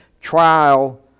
trial